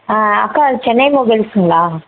ஆ அக்கா இது சென்னை மொபைல்ஸுங்களா